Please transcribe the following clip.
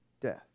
death